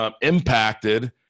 impacted